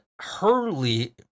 Hurley